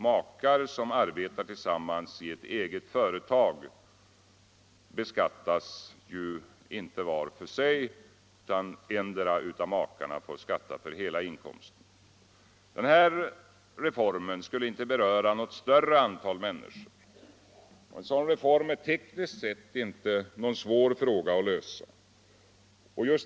Makar som arbetar tillsammans i ett eget företag beskattas ju inte var för sig, utan endera maken får skatta för hela inkomsten. En sådan reform berör inte något större antal människor — det är tekniskt sett inte heller någon svår fråga att lösa.